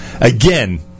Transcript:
Again